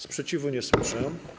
Sprzeciwu nie słyszę.